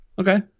Okay